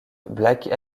black